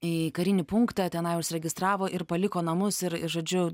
į karinį punktą tenai užsiregistravo ir paliko namus ir ir žodžiu